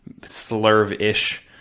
slurve-ish